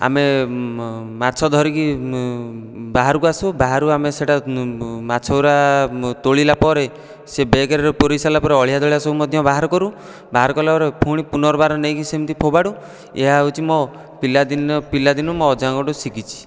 ଆମେ ମାଛ ଧରିକି ବାହାରକୁ ଆସୁ ବାହାରୁ ଆମେ ସେହିଟା ମାଛ ଗୁଡ଼ା ତୋଳିଲା ପରେ ସେ ବେଗରେ ପୂରାଇସାରିଲା ପରେ ଅଳିଆ ଦଳିଆ ସବୁ ମଧ୍ୟ ବାହାର କରୁ ବାହାର କରିଲା ପରେ ଫୁଣିି ପୁନର୍ବାର ସେମିତି ଫୋପାଡ଼ୁ ଏହା ହେଉଛି ମୋ ପିଲାଦିନ ପିଲାଦିନୁ ମୋ ଅଜାଙ୍କ ଠୁ ଶିଖିଛି